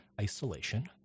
isolation